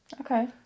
Okay